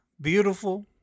beautiful